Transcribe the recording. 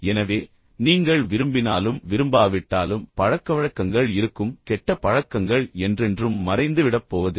எனவே நீங்கள் விரும்பினாலும் விரும்பாவிட்டாலும் பழக்கவழக்கங்கள் இருக்கும் கெட்ட பழக்கங்கள் என்றென்றும் மறைந்துவிடப் போவதில்லை